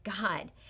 God